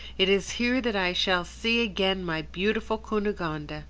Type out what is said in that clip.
it is here that i shall see again my beautiful cunegonde.